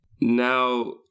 Now